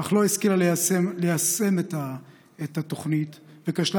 אך לא השכילה ליישם את התוכנית וכשלה